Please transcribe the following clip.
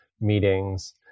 meetings